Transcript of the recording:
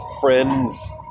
friend's